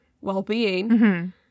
well-being